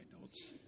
notes